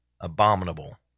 abominable